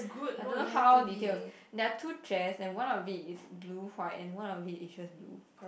I don't know how detailed there are two chairs and one of it is blue white and one of it is just blue